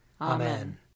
Amen